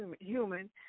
human